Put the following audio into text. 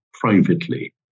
privately